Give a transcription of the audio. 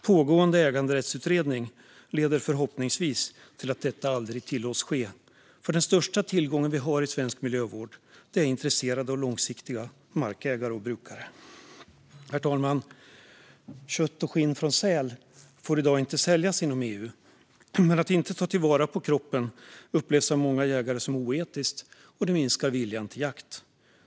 Pågående äganderättsutredning leder förhoppningsvis till att detta aldrig tillåts ske, för den största tillgången vi har i svensk miljövård är intresserade och långsiktiga markägare och brukare. Herr talman! Kött och skinn från säl får i dag inte säljas inom EU. Att inte ta till vara kroppen upplevs av många jägare som oetiskt och minskar viljan till jakt.